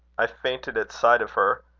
i fainted at sight of her.